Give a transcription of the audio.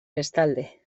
bestalde